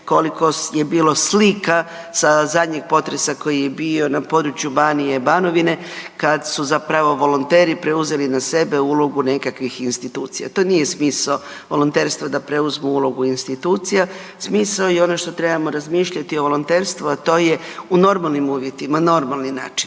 koliko je bilo slika sa zadnjeg potresa koji je bio na području Banije, Banovine kad su zapravo volonteri preuzeli na sebe ulogu nekakvih institucija. To nije smisao volonterstva da preuzmu ulogu institucija. Smisao je i ono što trebamo razmišljati o volonterstvu, a to je u normalnim uvjetima, normalni način.